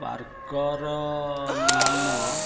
ପାର୍କର ନାମ